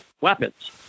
weapons